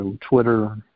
Twitter